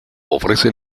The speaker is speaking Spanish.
ofrece